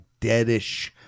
deadish